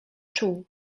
czuł